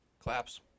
claps